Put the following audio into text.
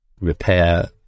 repair